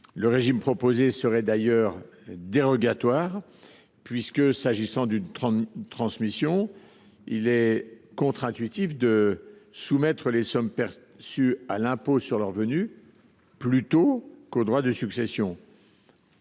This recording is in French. Le régime proposé serait du reste dérogatoire : s’agissant d’une transmission, il est contre intuitif de soumettre les sommes perçues à l’impôt sur le revenu plutôt qu’aux droits de succession.